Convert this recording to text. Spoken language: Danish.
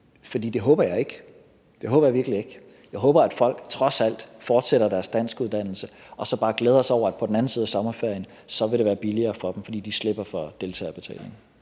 for det håber jeg ikke; det håber jeg virkelig ikke. Jeg håber, at folk trods alt fortsætter deres danskuddannelse og så bare glæder sig over, at på den anden side af sommerferien vil det være billigere for dem, fordi de slipper for deltagerbetalingen.